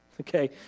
Okay